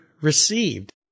received